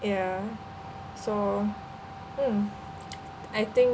ya so mm I think